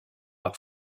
par